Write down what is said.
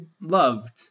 loved